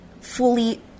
fully